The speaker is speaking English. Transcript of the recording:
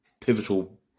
pivotal